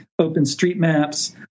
OpenStreetMaps